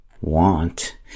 want